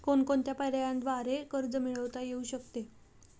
कोणकोणत्या पर्यायांद्वारे कर्ज मिळविता येऊ शकते?